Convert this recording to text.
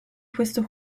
questo